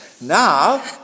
Now